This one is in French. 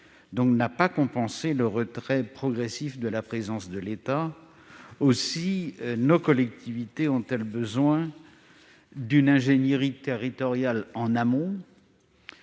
n'a pas compensé le retrait progressif de la présence de l'État. Or nos collectivités ont besoin d'une ingénierie territoriale en amont,